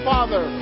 Father